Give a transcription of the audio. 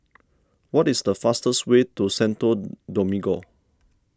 what is the fastest way to Santo Domingo